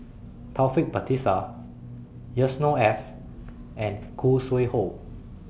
Taufik Batisah Yusnor Ef and Khoo Sui Hoe